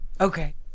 Okay